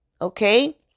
Okay